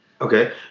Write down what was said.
Okay